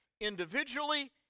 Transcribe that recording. individually